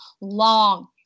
long